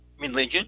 Religion